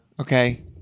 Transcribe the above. Okay